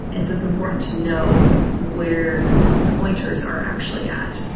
and so it's important to know where pointers are actually at.